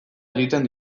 egiten